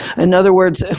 in other words